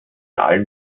allen